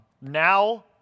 Now